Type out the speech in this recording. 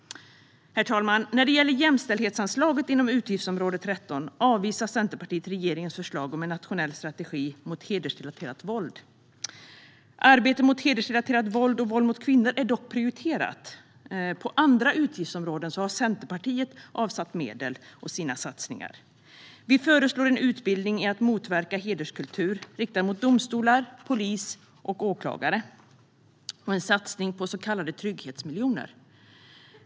Herr talman! När det gäller jämställdhetsanslaget inom utgiftsområde 13 avvisar Centerpartiet regeringens förslag om en nationell strategi mot hedersrelaterat våld. Arbetet mot hedersrelaterat våld och våld mot kvinnor är dock prioriterat. På andra utgiftsområden har Centerpartiet avsatt medel för sina satsningar. Vi föreslår en utbildning riktad till domstolar, polis och åklagare om hur man motverkar hederskultur samt en satsning på så kallade trygghetsmiljoner.